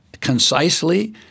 concisely